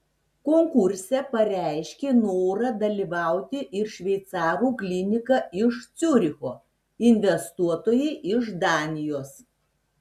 konkurse pareiškė norą dalyvauti ir šveicarų klinika iš ciuricho investuotojai iš danijos